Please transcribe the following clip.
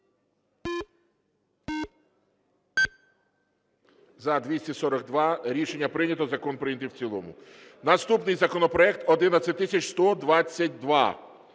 За-242 Рішення прийнято. Закон прийнятий в цілому. Наступний законопроект 11122.